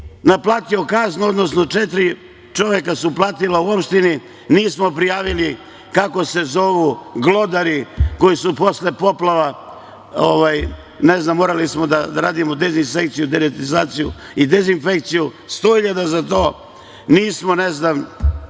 naplatio kaznu, odnosno četiri čoveka su platila u opštini, nismo prijavili kako se zovu glodari koji su posle poplava, ne znam, morali smo da radimo deratizaciju i dezinfekciju, sto hiljada za to i da vas